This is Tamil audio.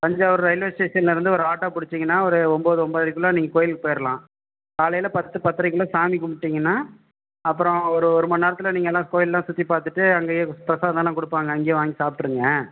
தஞ்சாவூர் ரயில்வே ஸ்டேஷன்லேருந்து ஒரு ஆட்டோ பிடிச்சிங்கனா ஒரு ஒன்பது ஒன்பதரைக்குள்ளே நீங்கள் கோயிலுக்கு போய்டலாம் காலையில் பத்து பத்தரைக்குள்ளே சாமி கும்மிட்டிங்கன்னா அப்புறம் ஒரு ஒரு மணி நேரத்தில் நீங்கள் எல்லாம் கோயில்லாம் சுற்றி பார்த்துட்டு அங்கேயே பிரசாதானம்லாம் கொடுப்பாங்க அங்கேயே வாங்கி சாப்பிட்ருங்க